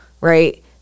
right